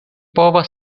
povas